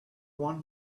one